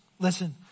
Listen